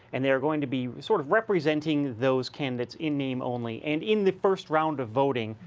and they are going to be sort of representing those candidates in name only, and in the first round of voting,